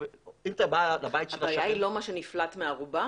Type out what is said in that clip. הבעיה היא לא מה שנפלט מהארובה?